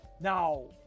now